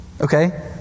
Okay